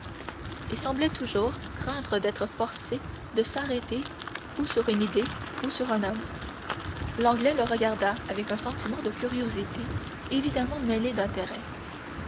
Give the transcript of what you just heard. et semblait toujours craindre d'être forcé de s'arrêter ou sur une idée ou sur un homme l'anglais le regarda avec un sentiment de curiosité évidemment mêlé d'intérêt